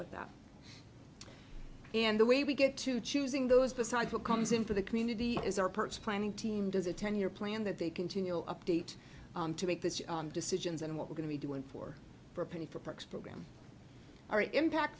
with that and the way we get to choosing those besides what comes in for the community is our purse planning team does a ten year plan that they continually update to make the decisions and what we're going to do in four for a penny for perks program or impact